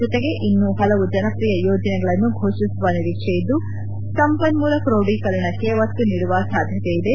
ಜೊತೆಗೆ ಇನ್ನೂ ಹಲವು ಜನಪ್ರಿಯ ಯೋಜನೆಗಳನ್ನು ಫೋಷಿಸುವ ನಿರೀಕ್ಷೆ ಇದ್ದು ಸಂಪನ್ಮೊಲ ಕ್ರೋಡೀಕರಣಕ್ಕೆ ಒತ್ತು ನೀಡುವ ಸಾಧ್ಯತೆ ಇದೆ